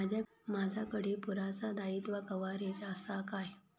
माजाकडे पुरासा दाईत्वा कव्हारेज असा काय?